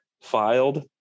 filed